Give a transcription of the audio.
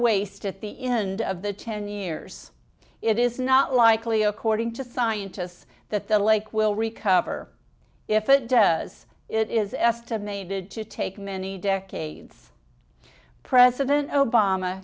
waist at the end of the ten years it is not likely according to scientists that the lake will recover if it does it is estimated to take many decades president o